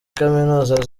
kaminuza